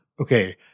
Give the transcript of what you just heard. Okay